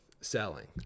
selling